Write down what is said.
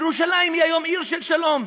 ירושלים היום היא עיר של שלום,